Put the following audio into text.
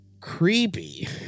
creepy